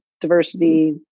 diversity